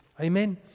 Amen